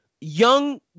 young